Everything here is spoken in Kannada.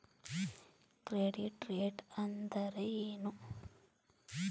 ಕ್ರೆಡಿಟ್ ರೇಟ್ ಅಂದರೆ ಏನು?